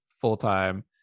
full-time